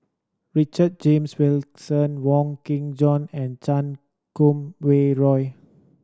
Richard James Wilkinson Wong Kin Jong and Chan Kum Wah Roy